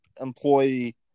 employee